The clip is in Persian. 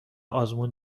آزمون